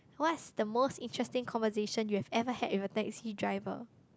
what's the most interesting conversation you have ever had with a taxi driver